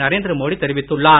நரேந்திர மோடி தெரிவித்துள்ளார்